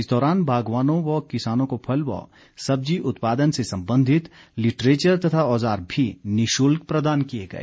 इस दौरान बागवानों व किसानों को फल व सब्जी उत्पादन से संबंधित लिटरेचर तथा औजार भी निशुल्क प्रदान किए गए